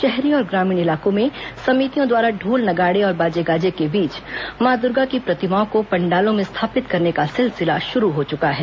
शहर और ग्रामीण इलाकों में समितियों द्वारा ढ़ोल नगाडे और बाजे गाजे के बीच मां दुर्गा की प्रतिमाओं को पंडालो में स्थापित करने का सिलसिला शुरू हो चुका है